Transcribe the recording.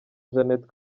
jeanette